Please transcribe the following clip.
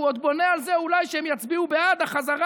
והוא עוד בונה על זה שאולי הם יצביעו בעד החזרה